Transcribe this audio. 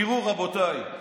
תראו, רבותיי,